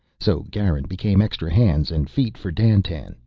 so garin became extra hands and feet for dandtan,